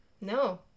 No